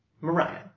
Mariah